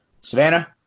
Savannah